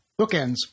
Bookends